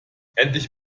endlich